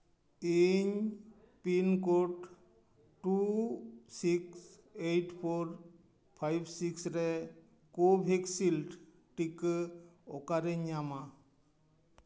ᱤᱧ pin code two six eight four five six ᱨᱮ ᱠᱳᱵᱷᱮᱠᱥᱤᱞᱰ ᱴᱤᱠᱟᱹ ᱚᱠᱟᱨᱤᱧ ᱧᱟᱢᱟ